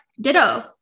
ditto